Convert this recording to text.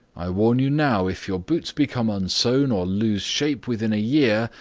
i warn you now if your boots become unsewn or lose shape within a year,